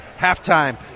Halftime